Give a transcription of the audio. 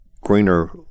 Greener